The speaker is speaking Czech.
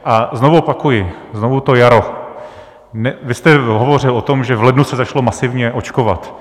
A znovu opakuji, znovu to jaro: vy jste hovořil o tom, že v lednu se začalo masivně očkovat.